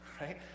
right